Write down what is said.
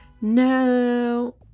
No